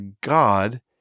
God